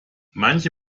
manche